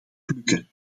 plukken